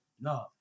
No